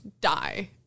die